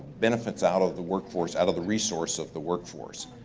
benefits out of the workforce, out of the resource of the workforce.